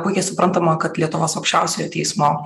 puikiai suprantama kad lietuvos aukščiausiojo teismo